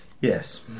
yes